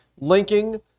Linking